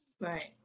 Right